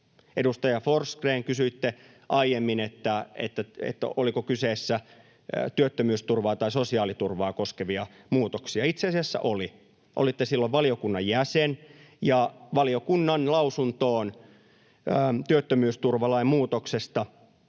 Edustaja Forsgrén, kysyitte aiemmin, oliko kyseessä työttömyysturvaa tai sosiaaliturvaa koskevia muutoksia. Itse asiassa oli. Olitte silloin valiokunnan jäsen, ja valiokunnan lausuntoon työttömyysturvalain muutoksesta